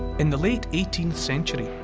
in the late eighteenth century,